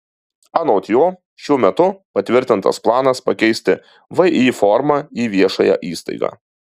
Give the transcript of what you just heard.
anot jo šiuo metu patvirtintas planas pakeisti vį formą į viešąją įstaigą